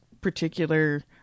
particular